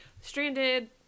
Stranded